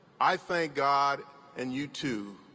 i thank god and you, too,